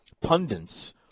pundits